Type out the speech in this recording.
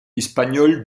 espagnoles